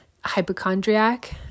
hypochondriac